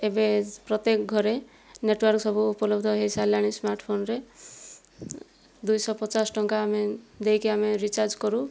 ଏବେ ପ୍ରତ୍ୟେକ ଘରେ ନେଟ୍ୱାର୍କ ସବୁ ଉପଲବ୍ଧ ହୋଇସାରିଲାଣି ସ୍ମାର୍ଟ ଫୋନ୍ରେ ଦୁଇଶହ ପଚାଶ ଟଙ୍କା ଆମେ ଦେଇକି ଆମେ ରିଚାର୍ଜ କରୁ